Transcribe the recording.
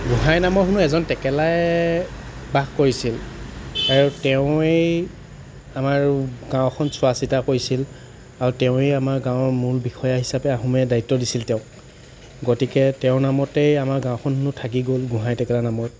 গোহাঁই নামৰ হেনো এজন টেকেলাই বাস কৰিছিল আৰু তেওঁৱেই আমাৰ গাঁওখন চোৱা চিতা কৰিছিল আৰু তেওঁৱেই আমাৰ গাঁৱৰ মূল বিষয়া হিচাপে আহোমে দায়িত্ব দিছিল তেওঁক গতিকে তেওঁৰ নামতে আমাৰ গাঁওখন হেনো থাকি গ'ল গোহাঁই টেকেলা নামত